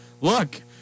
Look